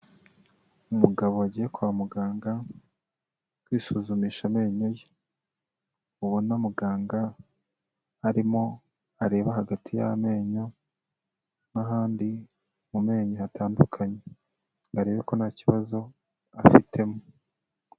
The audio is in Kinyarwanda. Umugabo wagiye kwa muganga kwisuzumisha amenyo ye, ubona muganga arimo areba hagati y'amenyo n'ahandi mu menyo hatandukanye, ngo arebe ko nta kibazo afitemo.